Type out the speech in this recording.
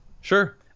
Sure